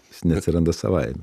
jis neatsiranda savaime